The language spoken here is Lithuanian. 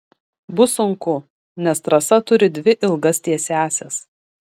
bus sunku nes trasa turi dvi ilgas tiesiąsias